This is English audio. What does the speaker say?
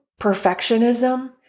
perfectionism